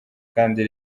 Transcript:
kandi